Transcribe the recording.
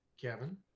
Kevin